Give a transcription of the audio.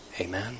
Amen